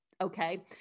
okay